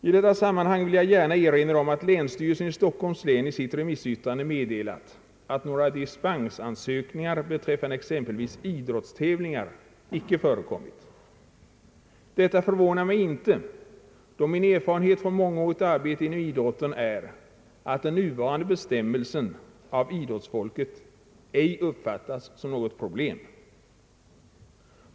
I detta sammanhang vill jag gärna erinra om att länsstyrelsen i Stockholms län i sitt remissyttrande meddelat att några dispensansökningar beträffande exempelvis idrottstävlingar icke förekommit. Detta förvånar mig inte, då min erfarenhet från mångårigt arbete inom idrotten är att den nuvarande bestämmelsen av idrottsfolket ej uppfattas som något problem.